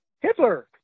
Hitler